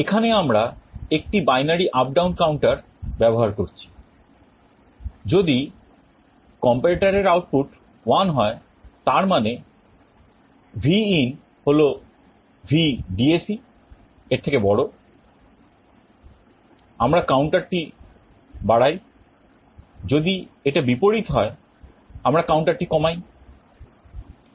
এখানে আমরা একটি binary up down counter ব্যবহার করছি যদি comparator এর আউটপুট 1 হয় তার মানে Vin হল VDAC এর থেকে বড় আমরা counterটি বাড়াই যদি এটা বিপরীত হয় আমরা counterটি কমাই